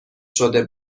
شده